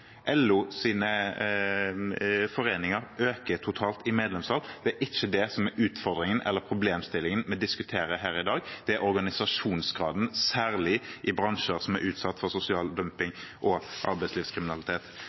LO øker i medlemstall, LOs foreninger øker totalt i medlemstall. Det er ikke det som er utfordringen eller problemstillingen vi diskuterer her i dag. Det er organisasjonsgraden – særlig i bransjer som er utsatt for sosial dumping og arbeidslivskriminalitet.